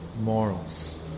morals